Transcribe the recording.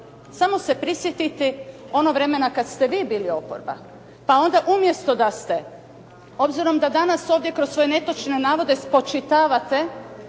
Samo se prisjetite onog vremena kad ste vi bili oporba, pa onda umjesto da ste obzirom da danas ovdje kroz svoje netočne navode spočitavate